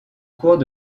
cours